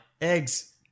Eggs